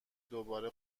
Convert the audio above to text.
دوباره